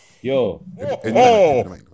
yo